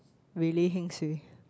really heng suay